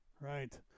Right